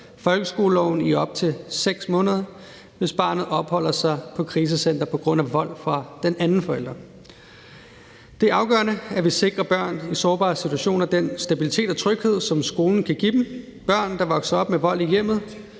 folkeskoleloven i op til 6 måneder, hvis barnet opholder sig på et krisecenter på grund af vold fra den anden forælder. Det er afgørende, at vi sikrer børn i sårbare situationer den stabilitet og tryghed, som skolen kan give dem. Børn, der vokser op med vold i hjemmet,